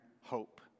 hope